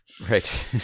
Right